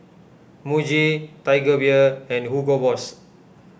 Muji Tiger Beer and Hugo Boss